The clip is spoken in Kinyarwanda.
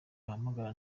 bahamagara